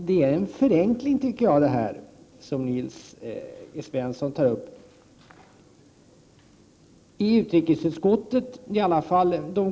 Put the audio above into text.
Herr talman! Jag tycker att Nils T Svensson förenklar det hela.